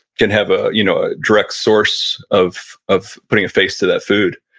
can have ah you know a direct source of of putting a face to that food.